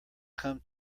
come